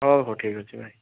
ହଉ ହଉ ଠିକ୍ ଅଛି ବାଏ